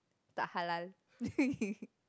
tak halal